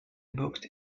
booked